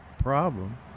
problem